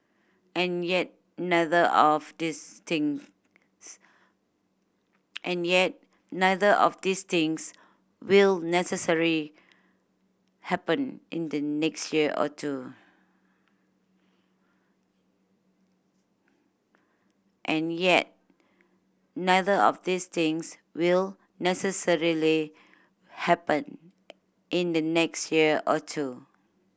and yet neither of these things and yet neither of these things will necessarily happen in the next year or two